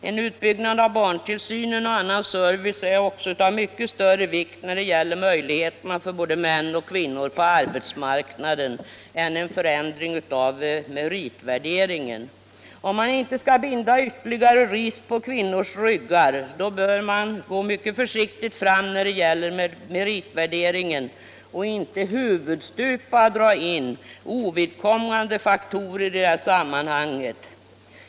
En utbyggnad av barntillsynen och annan service är också av mycket större vikt när det gäller möjligheterna på arbetsmarknaden för både män och kvinnor än en förändring av meritvärderingen. Om vi inte skall binda ytterligare ris åt kvinnors ryggar bör vi gå mycket försiktigt fram när det gäller meritvärderingen och inte huvudstupa dra in ovidkommande faktorer i sammanhanget.